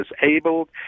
Disabled